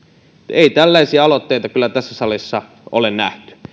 ei tällaisia aloitteita kyllä tässä salissa ole nähty